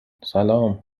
سلام